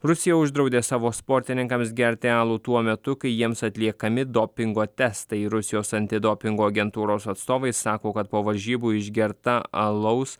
rusija uždraudė savo sportininkams gerti alų tuo metu kai jiems atliekami dopingo testai rusijos antidopingo agentūros atstovai sako kad po varžybų išgerta alaus